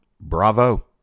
Bravo